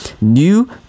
new